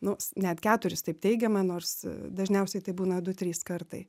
nu net keturis taip teigiama nors dažniausiai tai būna du trys kartai